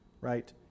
right